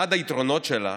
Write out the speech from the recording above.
אחד היתרונות שלה